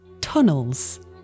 tunnels